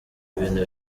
ibintu